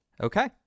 Okay